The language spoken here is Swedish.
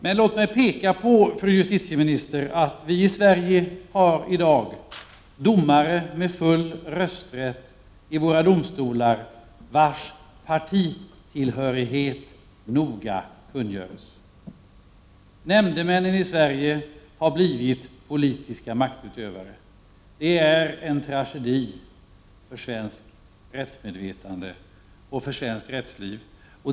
Men låt mig, fru justitieminister, peka på att vi i Sverige i våra domstolar har domare med full rösträtt vilkas partitillhörighet noga kungöres. Nämndemännen i Sverige har blivit politiska maktutövare. Det är en tragedi för svenskt rättsmedvetande och för svenskt rättsliv.